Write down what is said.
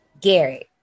Garrett